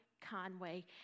Conway